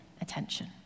attention